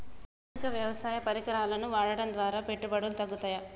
ఆధునిక వ్యవసాయ పరికరాలను వాడటం ద్వారా పెట్టుబడులు తగ్గుతయ?